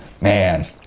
man